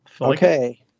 Okay